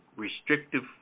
Restrictive